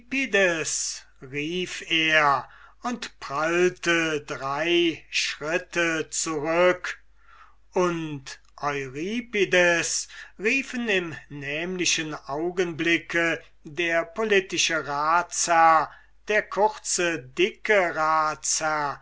rief er und prallte drei schritte zurück und euripides riefen im nämlichen augenblick der politische ratsherr der kurze dicke